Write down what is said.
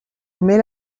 mais